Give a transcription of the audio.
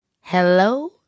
Hello